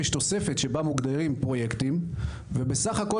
יש תוספת שבה מוגדרים פרויקטים ובסך הכול